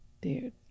Dude